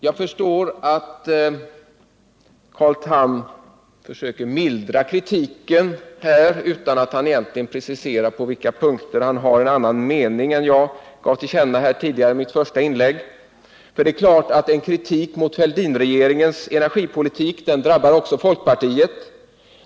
Jag förstår att Carl Tham försöker mildra kritiken här, men han preciserar inte på vilka punkter han har annan mening än jag gav till känna i mitt första inlägg. Min kritik mot Fälldinregeringens energipolitik drabbar också folkpartiet.